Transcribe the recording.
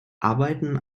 arbeiten